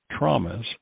traumas